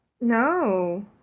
No